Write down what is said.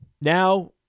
now